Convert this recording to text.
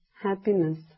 happiness